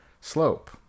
slope